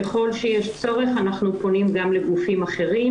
ככל שיש צורך אנחנו פונים גם לגופים אחרים,